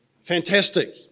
Fantastic